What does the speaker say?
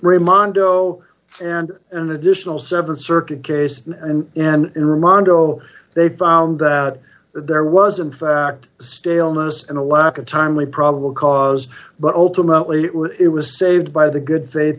rimando and an additional seven circuit case and and in rimando they found that there was in fact staleness and a lack of timely probable cause but ultimately it was saved by the good faith